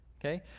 okay